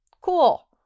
Cool